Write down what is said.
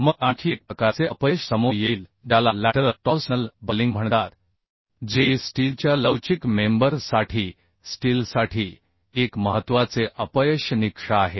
मग आणखी एक प्रकारचे अपयश समोर येईल ज्याला लॅटरल टॉर्सनल बकलिंग म्हणतात जे स्टीलच्या लवचिक मेंबर साठी स्टीलसाठी एक महत्त्वाचे अपयश निकष आहे